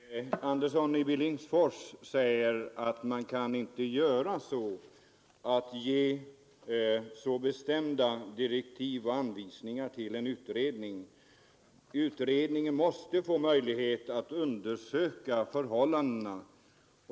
Herr talman! Herr Andersson i Billingsfors säger att man inte kan ge så bestämda direktiv och anvisningar till en utredning — utredningen måste få möjlighet att undersöka förhållandena.